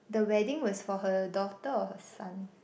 the wedding was for her daughter or her son